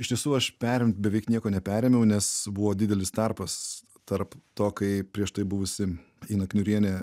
iš tiesų aš perimt beveik nieko neperėmiau nes buvo didelis tarpas tarp to kai prieš tai buvusi ina kniurienė